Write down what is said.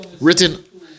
written